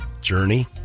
Journey